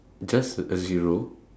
just a zero